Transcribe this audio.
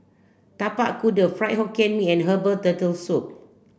tapak kuda fried hokkien mee and herbal turtle soup